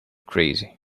crazy